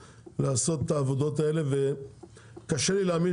לעשות את העבודות האלה וקשה לי להאמין